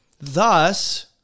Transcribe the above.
Thus